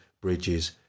bridges